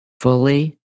Fully